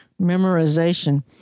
Memorization